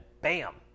bam